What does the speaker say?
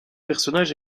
personnage